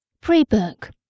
Pre-Book